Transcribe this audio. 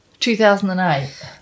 2008